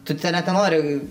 tu ten net nenori